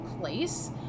place